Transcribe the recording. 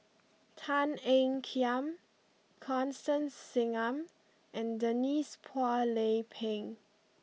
Tan Ean Kiam Constance Singam and Denise Phua Lay Peng